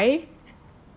very dry